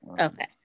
Okay